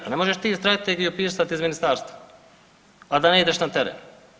Pa ne možeš ti strategiju pisati iz ministarstva, a da ne ideš na teren.